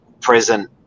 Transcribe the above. present